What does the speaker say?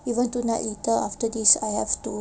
even tonight later after this I have to